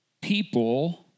people